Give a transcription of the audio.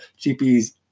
GP's